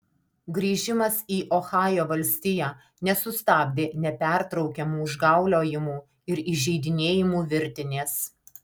grįžimas į ohajo valstiją nesustabdė nepertraukiamų užgauliojimų ir įžeidinėjimų virtinės